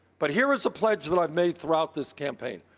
but, here is a pledge but i've made throughout this campaign,